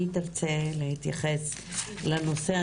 מי תרצה להתייחס לנושא?